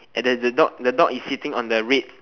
and then the dog the dog is sitting on the reds